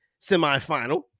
semifinal